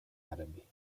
árabe